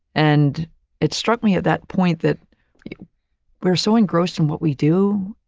and it struck me at that point that we were so engrossed in what we do